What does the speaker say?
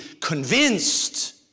convinced